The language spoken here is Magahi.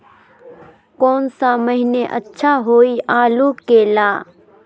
कौन सा महीना अच्छा होइ आलू के ला?